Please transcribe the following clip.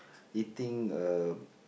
eating a